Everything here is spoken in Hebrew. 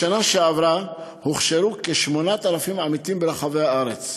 בשנה שעברה הוכשרו כ-8,000 עמיתים ברחבי הארץ.